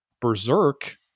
berserk